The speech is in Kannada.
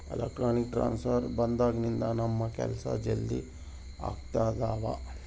ಎಲೆಕ್ಟ್ರಾನಿಕ್ ಟ್ರಾನ್ಸ್ಫರ್ ಬಂದಾಗಿನಿಂದ ನಮ್ ಕೆಲ್ಸ ಜಲ್ದಿ ಆಗ್ತಿದವ